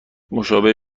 مشابه